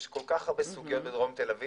יש כול כך הרבה סוגיות בדרום תל אביב